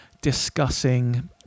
discussing